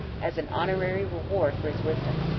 as an honorary reward for his wisdom,